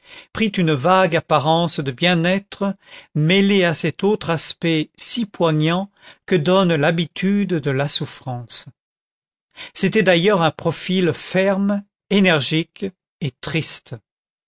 prit une vague apparence de bien-être mêlée à cet autre aspect si poignant que donne l'habitude de la souffrance c'était d'ailleurs un profil ferme énergique et triste